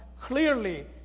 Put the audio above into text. clearly